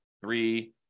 three